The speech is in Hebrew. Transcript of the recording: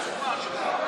בבקשה.